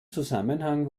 zusammenhang